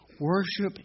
worship